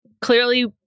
clearly